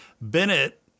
Bennett